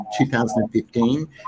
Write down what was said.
2015